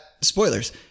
Spoilers